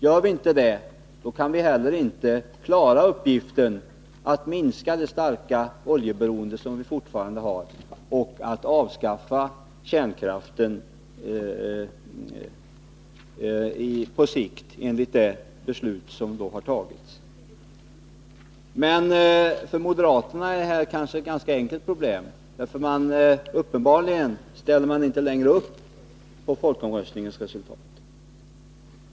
Gör vi inte det, kan vi inte heller klara uppgiften att minska det starka oljeberoende som vi fortfarande har och att avskaffa kärnkraften på sikt enligt det beslut som har fattats. Men för moderaterna är det här kanske ett ganska enkelt problem, för uppenbarligen ställer de inte längre upp på folkomröstningens resultat.